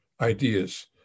ideas